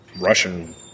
Russian